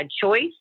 choice